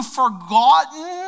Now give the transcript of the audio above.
forgotten